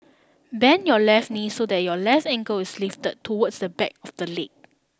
bend your left knee so that your left ankle is lifted towards the back of the leg